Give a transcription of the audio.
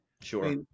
Sure